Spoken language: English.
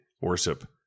worship